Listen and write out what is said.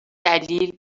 دلیل